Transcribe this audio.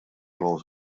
rolls